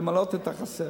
למלא את החסר.